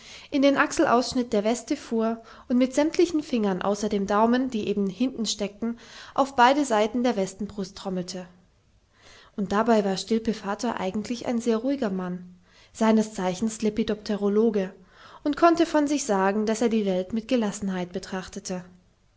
in den achselausschnitt der weste fuhr und mit sämmtlichen fingern außer den daumen die eben hinten steckten auf beide seiten der westenbrust trommelte und dabei war stilpe vater eigentlich ein sehr ruhiger mann seines zeichens lepidopterologe und konnte von sich sagen daß er die welt mit gelassenheit betrachtete